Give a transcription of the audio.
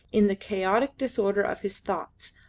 in the chaotic disorder of his thoughts,